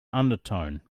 undertone